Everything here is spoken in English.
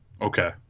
Okay